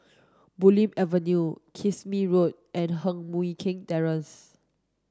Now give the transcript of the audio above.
Bulim Avenue Kismis Road and Heng Mui Keng Terrace